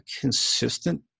consistent